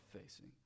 facing